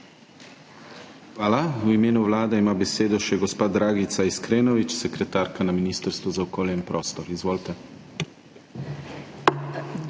Hvala. V imenu Vlade ima besedo še gospa Dragica Iskrenovič, sekretarka na Ministrstvu za okolje in prostor. Izvolite.